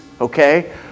okay